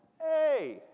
hey